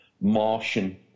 Martian